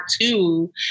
two